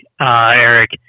Eric